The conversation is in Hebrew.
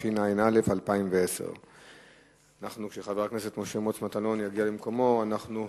התשע"א 2010. כשחבר הכנסת משה מטלון יגיע למקומו אנחנו,